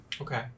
okay